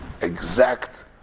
exact